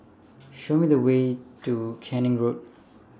Show Me The Way to Canning Lane